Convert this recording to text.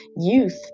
youth